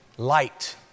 Light